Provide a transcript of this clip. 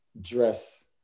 dress